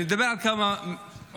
אני אדבר על כמה עובדות,